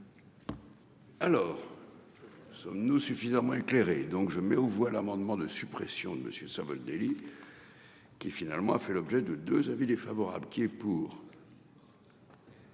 Alors. Sommes-nous suffisamment éclairé donc je mets aux voix l'amendement de suppression de monsieur Savoldelli. Qui finalement a fait l'objet de 2 avis défavorable qui est pour.